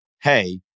hey